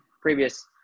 previous